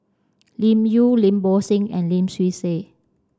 Lim Yau Lim Bo Seng and Lim Swee Say